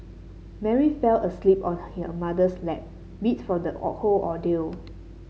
Mary fell asleep on her mother's lap meat from the whole ordeal